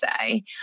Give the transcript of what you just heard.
say